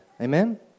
Amen